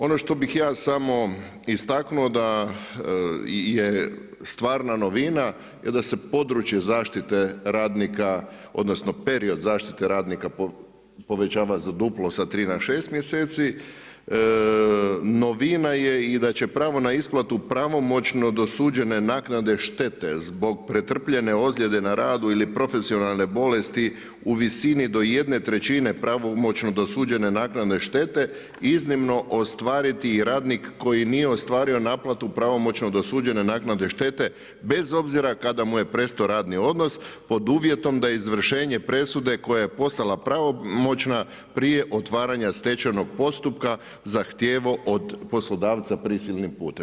Ono što bih ja samo istaknuo da je stvarna novina, je da se područje zaštite radnika odnosno period zaštite radnika povećava duplo, sa tri na šest mjeseci, novina je i da će pravo na isplatu pravomoćno dosuđene naknade štete zbog pretrpljene ozljede na radu ili profesionalne bolesti u visini do 1/3 pravomoćno dosuđene naknade štete iznimno ostvariti radnik koji nije ostvario naplatu pravomoćno dosuđene naknade štete bez obzira kada mu je prestao radni odnos pod uvjetom da izvršenje presude koja je postala pravomoćna prije otvaranja stečajnog postupka, zahtijevao od poslodavca prisilnim putem.